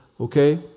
Okay